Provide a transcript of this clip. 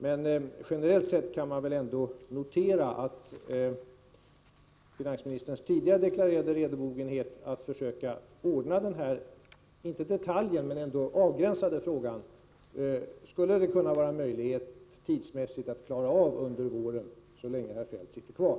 Men generellt sett kan man väl ändå notera finansministerns tidigare deklarerade redobogenhet att försöka ordna den här inte detaljen men ändå avgränsade frågan. Skulle det vara möjligt tidsmässigt att klara av det under våren, så länge herr Feldt sitter kvar?